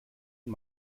und